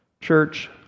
Church